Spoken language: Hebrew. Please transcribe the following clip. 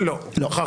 לא, סליחה.